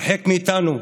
הרחק מאיתנו,